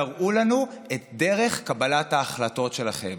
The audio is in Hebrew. תראו לנו את דרך קבלת ההחלטות שלכם.